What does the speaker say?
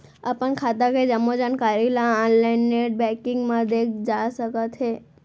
अपन खाता के जम्मो जानकारी ल ऑनलाइन नेट बैंकिंग म देखे जा सकत हे